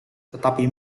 tetapi